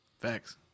Facts